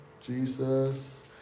Jesus